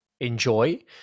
enjoy